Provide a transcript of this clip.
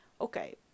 Okay